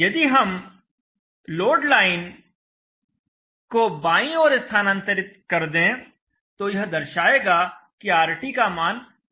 यदि हम load line को बांई ओर स्थानांतरित कर दें तो यह दर्शाएगा की RT का मान कम हो गया है